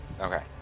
Okay